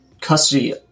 custody